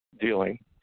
dealing